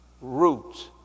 roots